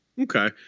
Okay